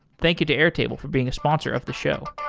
thank you to airtable for being a sponsor of the show.